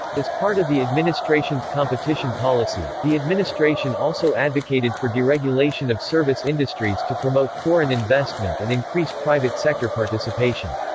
as part of the administration's competition policy, the administration also advocated for deregulation of service industries to promote foreign investment and increase private sector participation.